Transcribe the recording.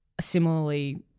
similarly